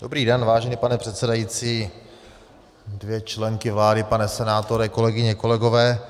Dobrý den, vážený pane předsedající, dvě členky vlády, pane senátore, kolegyně, kolegové.